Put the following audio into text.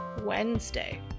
Wednesday